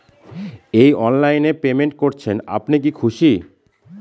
এই অনলাইন এ পেমেন্ট করছেন আপনি কি খুশি?